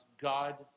God